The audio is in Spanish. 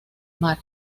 mar